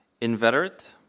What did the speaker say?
inveterate